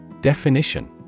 Definition